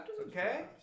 okay